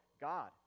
God